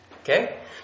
Okay